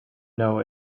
know